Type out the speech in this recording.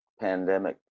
pandemic